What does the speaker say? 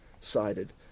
sided